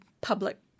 public